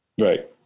Right